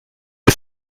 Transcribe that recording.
est